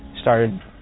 started